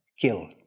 kill